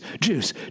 juice